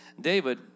David